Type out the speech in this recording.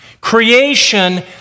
creation